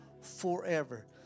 forever